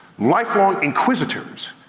lifelong inquisitors.